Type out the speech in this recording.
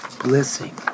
blessing